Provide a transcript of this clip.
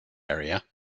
area